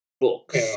books